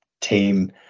team